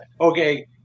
okay